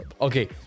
Okay